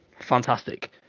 Fantastic